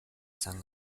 san